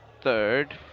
third